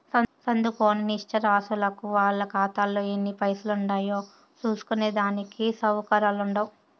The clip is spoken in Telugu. సదుంకోని నిరచ్చరాసులకు వాళ్ళ కాతాలో ఎన్ని పైసలుండాయో సూస్కునే దానికి సవుకర్యాలుండవ్